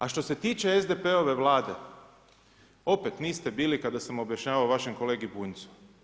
A što se tiče SDP-ove Vlade, opet niste bili kada sam objašnjavao vašem kolegi Bunjcu.